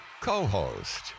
Co-host